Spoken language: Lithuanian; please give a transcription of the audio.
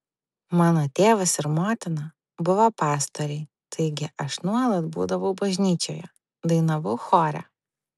mano tėvas ir motina buvo pastoriai taigi aš nuolat būdavau bažnyčioje dainavau chore